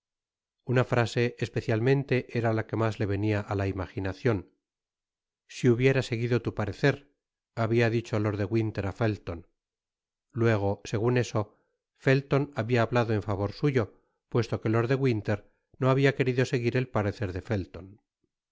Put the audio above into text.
una frase especialmente era la quemas le venia á la imaginacion si hubiera seguido tu parecer habia dicho lord de winter á felton luego segun eso felton habia hablado en favor suyo puesto que lord de winter no habia querido seguir el parecer de felton